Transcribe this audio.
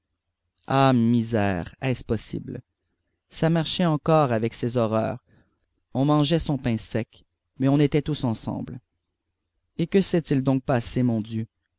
ah misère est-ce possible ça marchait encore avant ces horreurs on mangeait son pain sec mais on était tous ensemble et que s'est-il donc passé mon dieu